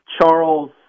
Charles